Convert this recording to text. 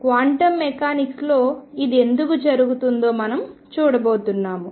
quantum మెకానిక్స్లో ఇది ఎందుకు జరుగుతుందో మనం చూడబోతున్నాం